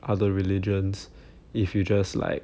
other religions if you just like